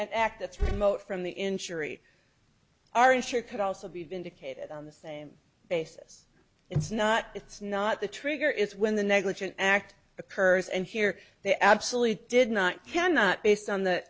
remote from the insurer are you sure could also be vindicated on the same basis it's not it's not the trigger is when the negligent act occurs and here they absolutely did not cannot based on the